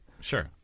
Sure